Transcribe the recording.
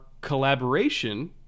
collaboration